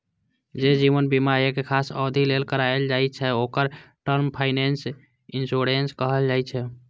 जे जीवन बीमा एक खास अवधि लेल कराएल जाइ छै, ओकरा टर्म लाइफ इंश्योरेंस कहल जाइ छै